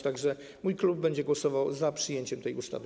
Tak że mój klub będzie głosował za przyjęciem tej ustawy.